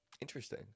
Interesting